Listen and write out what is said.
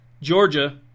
Georgia